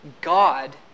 God